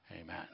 Amen